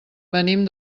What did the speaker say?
venim